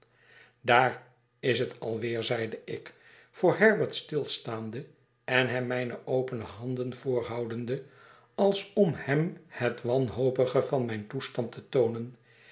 daar is het alweer zeide ik voor herbert stilstaande en hem mijne opene handen voorhoudende als om hem het wanhopige van mijn toestand te toonen